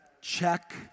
check